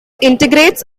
integrates